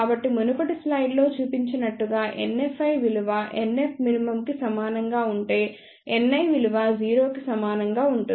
కాబట్టిమునుపటి స్లైడ్లో చూపించినట్లుగా NFi విలువ NFmin కి సమానంగా ఉంటే Ni విలువ 0 కి సమానంగా ఉంటుంది